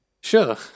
Sure